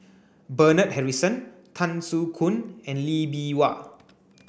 Bernard Harrison Tan Soo Khoon and Lee Bee Wah